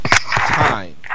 time